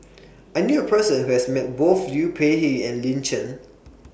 I knew A Person Who has Met Both Liu Peihe and Lin Chen